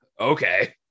Okay